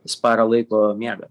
jis parą laiko miega